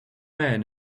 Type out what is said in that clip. man